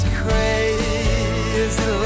crazy